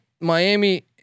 Miami